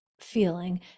feeling